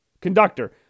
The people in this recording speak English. conductor